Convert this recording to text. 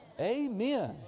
Amen